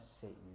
Satan